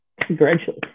Congratulations